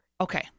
Okay